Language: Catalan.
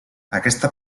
aquesta